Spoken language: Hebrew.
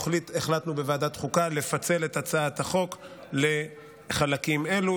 החלטנו בוועדת חוקה לפצל את הצעת החוק לחלקים אלו,